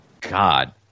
God